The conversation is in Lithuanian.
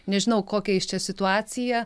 nežinau kokią jis čia situaciją